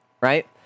Right